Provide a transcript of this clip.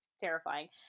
terrifying